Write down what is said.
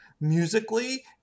musically